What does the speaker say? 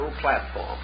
platform